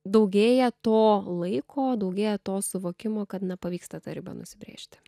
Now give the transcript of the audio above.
daugėja to laiko daugėja to suvokimo kad na pavyksta tą ribą nusibrėžti